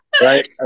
right